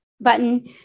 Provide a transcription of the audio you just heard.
button